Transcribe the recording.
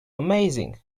amazing